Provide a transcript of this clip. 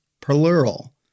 Plural